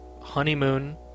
honeymoon